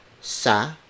sa